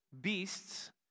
beasts